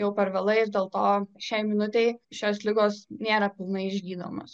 jau per vėlai ir dėl to šiai minutei šios ligos nėra pilnai išgydomos